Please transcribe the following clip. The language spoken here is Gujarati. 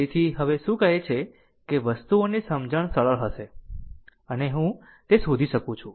તેથી હવે શું કહે છે કે વસ્તુઓની સમજણ સરળ હશે અને હું તે શોધી શકું છું